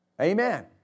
Amen